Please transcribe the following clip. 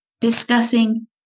Discussing